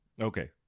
Okay